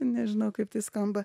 nežinau kaip tai skamba